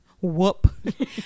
whoop